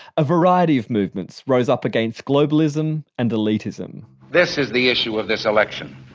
a variety of movements rose up against globalism and elitism this is the issue of this election.